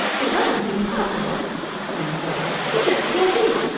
it doesn't seem possible! exclaimed phyllis. it just can't be!